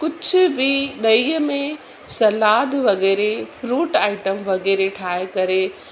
कुझु बि ॾहीअ में सलादु वग़ैरह फ्रूट आइटम वग़ैरह ठाहे करे